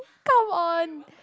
come on